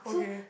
okay